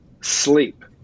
sleep